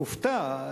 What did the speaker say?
מופתע,